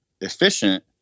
efficient